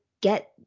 get